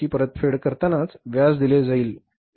मुद्दलाची परतफेड करतानाच व्याज दिले जाईल